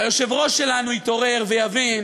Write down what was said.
והיושב-ראש שלנו יתעורר ויבין